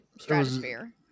stratosphere